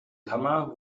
kammer